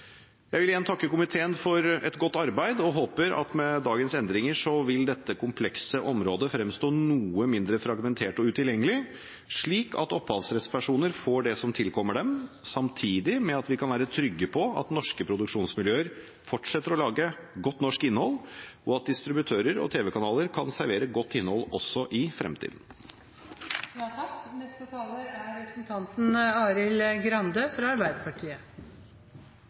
Jeg vil igjen takke komiteen for et godt arbeid, og håper at med dagens endringer vil dette komplekse området fremstå noe mindre fragmentert og utilgjengelig, slik at opphavsrettspersoner får det som tilkommer dem, samtidig med at vi kan være trygge på at norske produksjonsmiljøer fortsetter å lage godt norsk innhold, og at distributører og tv-kanaler kan servere godt innhold også i